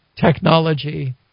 technology